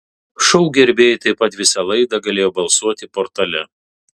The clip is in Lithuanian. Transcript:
šou gerbėjai taip pat visą laidą galėjo balsuoti portale